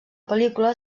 pel·lícula